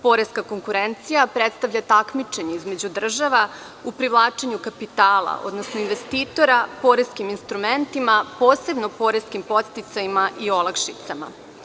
Poreska konkurencija predstavlja takmičenje između država u privlačenju kapitala odnosno investitora poreskim instrumentima, posebno poreskim podsticajima i olakšicama.